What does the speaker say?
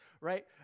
right